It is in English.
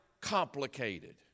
complicated